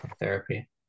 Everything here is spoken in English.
therapy